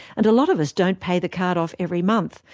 and a lot of us don't pay the card off every month,